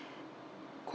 quite